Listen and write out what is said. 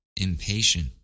impatient